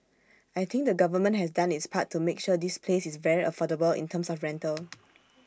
I think the government has done its part to make sure this place is very affordable in terms of rental